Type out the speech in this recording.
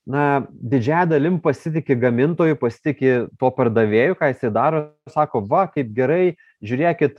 na didžiąja dalim pasitiki gamintoju pasitiki po pardavėju ką jisai daro sako va kaip gerai žiūrėkit